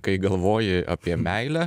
kai galvoji apie meilę